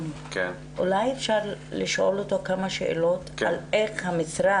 אולי אפשר לשאול אותו כמה שאלות על המשרד?